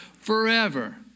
forever